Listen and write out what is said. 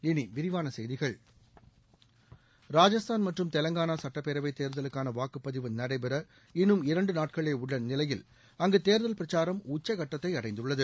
இனி விரிவான செய்திகள் ராஜஸ்தான் மற்றும் தெவங்கானா சட்டப்பேரவை தேர்தலுக்கான வாக்குப் பதிவு நடைபெற இன்னும் இரண்டு நாட்களே உள்ள நிலையில் அங்கு தேர்தல் பிரச்சாரம் உச்ச கட்டத்தை அடைந்துள்ளது